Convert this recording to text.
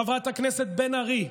חברת הכנסת בן ארי: